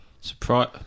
surprise